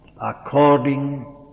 according